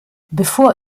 bevor